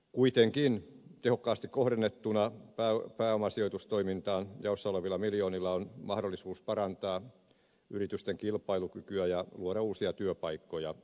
kuitenkin tehokkaasti kohdennettuna pääomasijoitustoimintaan jaossa olevilla miljoonilla on mahdollisuus parantaa yritysten kilpailukykyä ja luoda uusia työpaikkoja